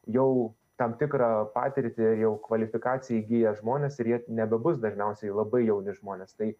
jau tam tikrą patirtį jau kvalifikaciją įgiję žmonės ir jie nebebus dažniausiai labai jauni žmonės tai